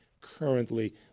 currently